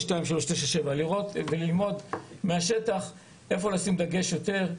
2397. לראות וללמוד מהשטח איפה לשים דגש יותר,